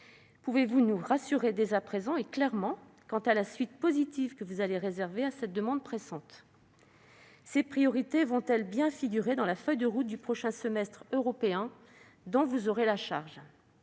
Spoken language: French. Pouvez-vous nous rassurer dès à présent, et clairement, quant à la suite positive que vous allez réserver à cette demande pressante ? Ces priorités figureront-elles bien dans la feuille de route du prochain semestre européen dont vous aurez la charge ?